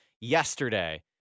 yesterday